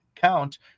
Count